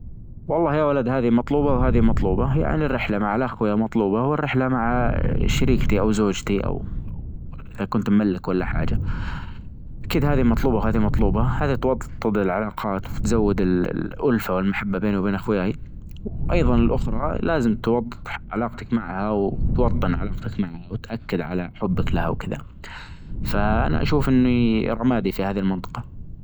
والله يا ولد هذي مطلوبة وهذي مطلوبة يعني الرحلة مع الأخوية مطلوبة والرحلة مع شريكتي أو زوجتي أو-أو إذا كنت مملك ولا حاجة أكيد هذي مطلوبة وهذي مطلوبة، هذي توطد العلاقات وتزود ال-ال-الألفة والمحبة بيني وبين أخوياي وأيظا الأخرى لازم توطد علاقتك معها وتوطن علاقتك معها وتأكد على حبك لها وكدا، فأنا أشوف إني رمادي في هذي المنطقة.